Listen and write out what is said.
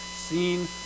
seen